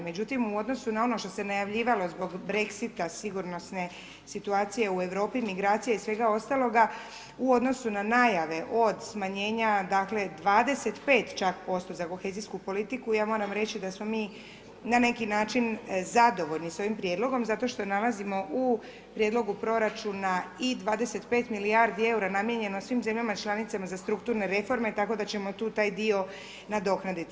Međutim, u odnosu na ono što se najavljivalo zbog Brexita, sigurnosne situacije u Europi, migracija i svega ostaloga u odnosu na najave od smanjenja dakle 25 čak posto za kohezijsku politiku, ja moram reći da smo mi na neki način zadovoljni s ovim prijedlogom zato što nalazimo u prijedlogu proračuna i 25 milijardi eura namijenjeno svim zemljama članicama za strukturne reforme, tako da ćemo tu taj dio nadoknaditi.